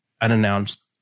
unannounced